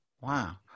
Wow